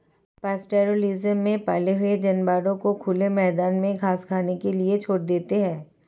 pastoralism में पाले हुए जानवरों को खुले मैदान में घास खाने के लिए छोड़ देते है